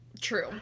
true